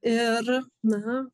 ir na